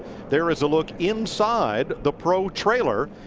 there is a look inside the pro trailer.